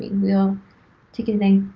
we'll take anything.